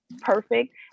perfect